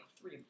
three